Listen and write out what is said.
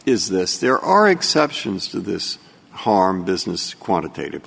is this there are exceptions to this harm business quantitative